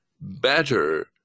better